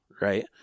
right